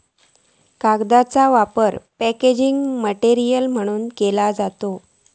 कागदाचो वापर packaging material म्हणूनव केलो जाता